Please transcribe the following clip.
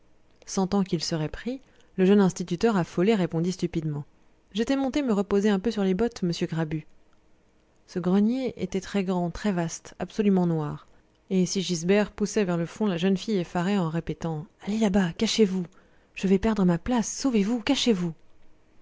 sentant qu'il serait pris le jeune instituteur affolé répondit stupidement j'étais monté me reposer un peu sur les bottes monsieur grabu ce grenier était très grand très vaste absolument noir et sigisbert poussait vers le fond la jeune fille effarée en répétant allez là-bas cachez-vous je vais perdre ma place sauvez-vous cachez-vous